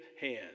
hands